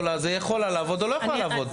יכולה לעבוד או לא יכולה לעבוד.